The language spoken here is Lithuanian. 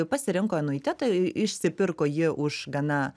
pasirinko anuitetą išsipirko jį už gana